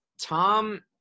Tom